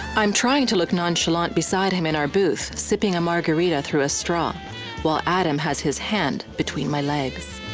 i'm trying to look nonchalant beside him in our booth, sipping a margarita through a straw while adam has his hand between my legs.